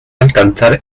alcanzar